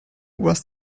was